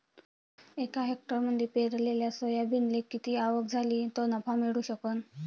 एका हेक्टरमंदी पेरलेल्या सोयाबीनले किती आवक झाली तं नफा मिळू शकन?